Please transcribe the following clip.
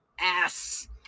ass